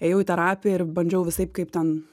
ėjau į terapiją ir bandžiau visaip kaip ten